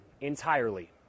entirely